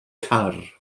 car